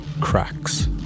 Cracks